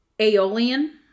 Aeolian